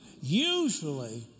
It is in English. usually